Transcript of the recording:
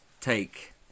take